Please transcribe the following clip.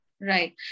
right